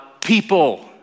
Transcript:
people